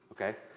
okay